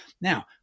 Now